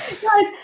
Guys